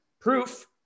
proof